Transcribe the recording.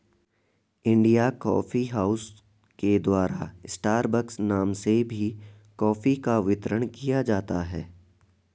India coffee house के द्वारा Starbucks नाम से भी कॉफी का वितरण किया जाता है